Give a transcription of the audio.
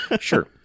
sure